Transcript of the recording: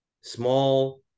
small